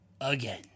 again